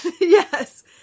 Yes